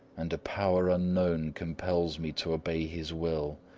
and a power unknown compels me to obey his will.